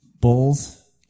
Bulls